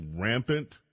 rampant